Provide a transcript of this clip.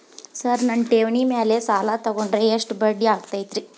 Sir ನನ್ನ ಠೇವಣಿ ಮೇಲೆ ಸಾಲ ತಗೊಂಡ್ರೆ ಎಷ್ಟು ಬಡ್ಡಿ ಆಗತೈತ್ರಿ?